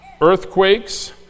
Earthquakes